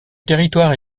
territoire